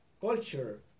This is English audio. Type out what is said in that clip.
culture